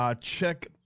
Check